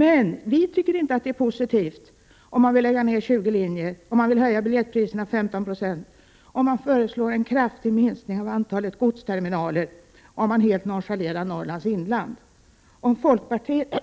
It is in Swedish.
Däremot tycker vi inte att det är positivt att lägga ned 20 linjer, att höja biljettpriserna med 15 96, att föreslå en kraftig minskning av antalet godsterminaler och att helt nonchalera Norrlands inland. Om ni i folkpartiet